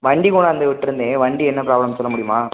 வண்டி கொண்டாந்து விட்டுருந்தேன் வண்டி என்ன ப்ராப்ளம்னு சொல்ல முடியுமா